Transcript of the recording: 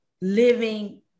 living